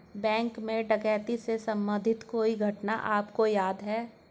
Bank में डकैती से संबंधित कोई घटना आपको याद है?